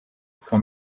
son